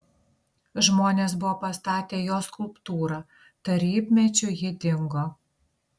žmonės buvo pastatę jos skulptūrą tarybmečiu ji dingo